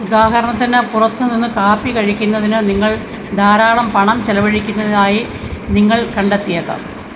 ഉദാഹരണത്തിന് പുറത്തുനിന്ന് കാപ്പി കഴിക്കുന്നതിന് നിങ്ങൾ ധാരാളം പണം ചെലവഴിക്കുന്നതായി നിങ്ങൾ കണ്ടെത്തിയേക്കാം